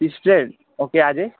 तिस plate okay अझै